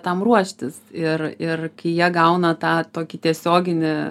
tam ruoštis ir ir kai jie gauna tą tiesioginį